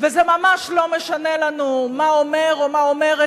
וזה ממש לא משנה לנו מה אומר או מה אומרת